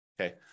Okay